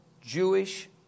Jewish